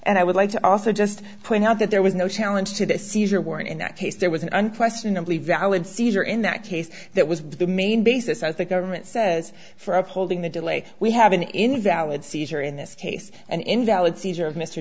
and i would like to also just point out that there was no challenge to the seizure warrant in that case there was an unquestionably valid seizure in that case that was the main basis i think government says for upholding the delay we have an invalid seizure in this case an invalid seizure